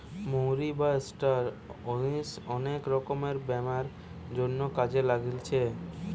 মৌরি বা star anise অনেক রকমের ব্যামোর জন্যে কাজে লাগছে